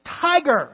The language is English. Tiger